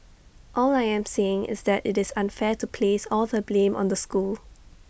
all I am saying is that IT is unfair to place all the blame on the school